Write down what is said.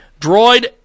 Droid